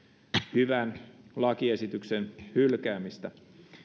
hyvän lakiesityksen hylkäämistä